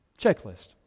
Checklist